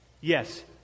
Yes